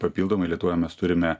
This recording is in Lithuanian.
papildomai lietuvoje mes turime